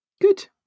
Good